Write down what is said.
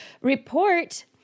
report